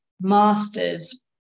master's